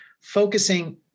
focusing